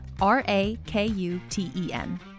R-A-K-U-T-E-N